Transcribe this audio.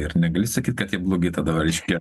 ir negali sakyt kad jie blogi tada reiškia